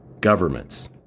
governments